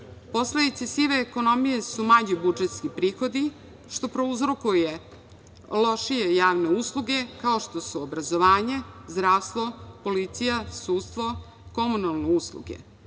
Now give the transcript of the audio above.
građana. Posledice sive ekonomije su manji budžetski prihodi što prouzrokuje lošije javne usluge, kao što su obrazovanje, zdravstvo, policija, sudstvo, komunalne usluge.